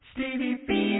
Stevie